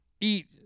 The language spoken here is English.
eat